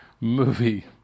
movie